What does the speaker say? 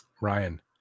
Ryan